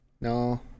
No